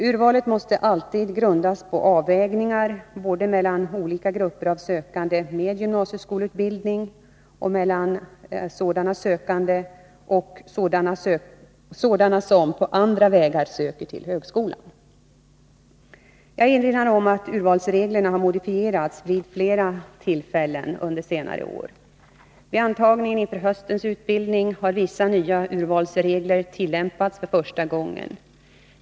Urvalet måste alltid grundas på avvägningar både mellan olika grupper av sökande med gymnasieskoleutbildning och mellan sådana sökande och sådana som på andra vägar söker sig till högskolan. Jag erinrar om att urvalsreglerna har modifierats vid flera tillfällen under senare år. Vid antagningen inför höstens utbildning har vissa nya urvalsregler tillämpats för första gången.